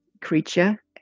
creature